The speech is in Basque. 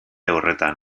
horretan